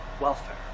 welfare